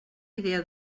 idea